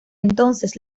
entonces